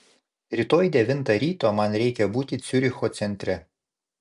rytoj devintą ryto man reikia būti ciuricho centre